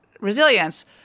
resilience